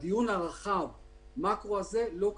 הדיון הרחב מקרו הזה לא קיים.